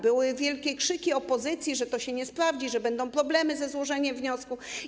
Były wielkie krzyki opozycji, że to się nie sprawdzi, że będą problemy ze złożeniem wniosku.